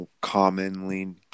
commonly